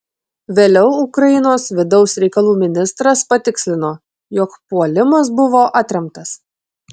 vėliau ukrainos vidaus reikalų ministras patikslino jog puolimas buvo atremtas